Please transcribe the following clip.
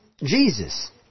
Jesus